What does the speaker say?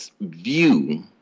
view